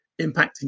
impacting